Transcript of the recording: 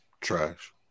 Trash